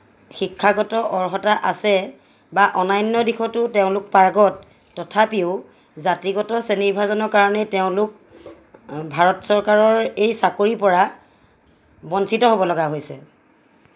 শিক্ষাগত অৰ্হতা আছে বা অনান্য দিশতো তেওঁলোক পাৰ্গত তথাপিও জাতিগত শ্ৰেণীভাজনৰ কাৰণে তেওঁলোক ভাৰত চৰকাৰৰ এই চাকৰিৰ পৰা বঞ্চিত হ'বলগা হৈছে